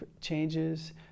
changes